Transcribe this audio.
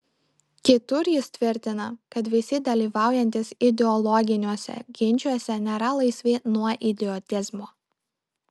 kitur jis tvirtina kad visi dalyvaujantys ideologiniuose ginčuose nėra laisvi nuo idiotizmo